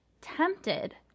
tempted